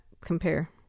compare